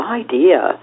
idea